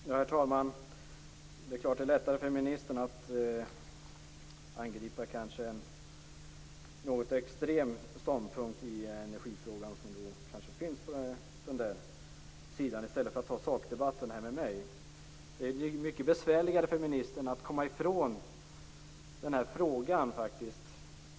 Herr talman! Det är klart att det är lättare för ministern att angripa en något extrem ståndpunkt i energifrågan i stället för att ta sakdebatten med mig. Det är mycket besvärligare för ministern att komma ifrån frågan.